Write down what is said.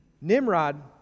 Nimrod